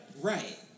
Right